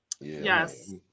yes